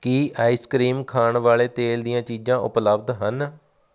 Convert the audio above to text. ਕੀ ice cream ਖਾਣ ਵਾਲੇ ਤੇਲ ਦੀਆਂ ਚੀਜ਼ਾਂ ਉਪਲੱਬਧ ਹਨ